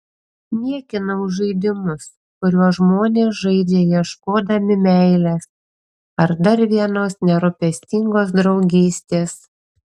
niekinau žaidimus kuriuos žmonės žaidžia ieškodami meilės ar dar vienos nerūpestingos draugystės